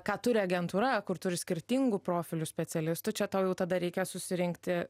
ką turi agentūra kur turi skirtingų profilių specialistų čia tau jau tada reikia susirinkti